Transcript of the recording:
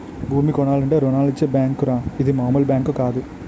భూమి కొనాలంటే రుణాలిచ్చే బేంకురా ఇది మాములు బేంకు కాదు